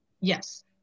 Yes